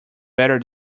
better